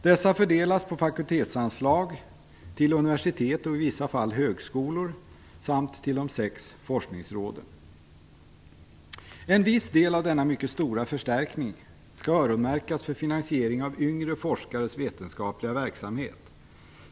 Dessa fördelas på fakultetsanslag till universitet och i vissa fall högskolor samt till de sex forskningsråden. En viss del av denna mycket stora förstärkning skall öronmärkas för finansiering av yngre forskares vetenskapliga verksamhet.